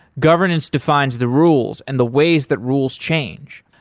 governance defines the rules and the ways that rules change.